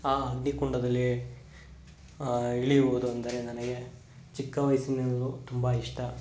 ಆ ಅಗ್ನಿಕುಂಡದಲ್ಲಿ ಇಳಿಯುವುದೆಂದರೆ ನನಗೆ ಚಿಕ್ಕ ವಯಸ್ಸಿನಿಂದಲೂ ತುಂಬ ಇಷ್ಟ